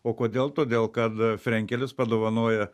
o kodėl todėl kad frenkelis padovanoja